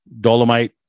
Dolomite